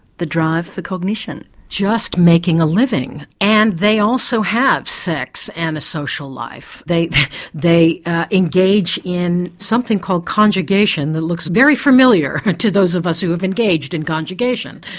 the drive for cognition? just making a living and they also have sex and a social life they they engage in something called conjugation that looks very familiar to those of us who have engaged in conjugation.